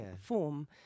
form